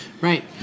Right